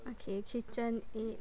okay KitchenAid